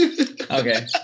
Okay